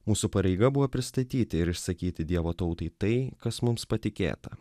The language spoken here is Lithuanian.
mūsų pareiga buvo pristatyti ir išsakyti dievo tautai tai kas mums patikėta